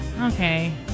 Okay